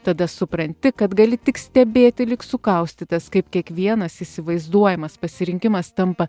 tada supranti kad gali tik stebėti lyg sukaustytas kaip kiekvienas įsivaizduojamas pasirinkimas tampa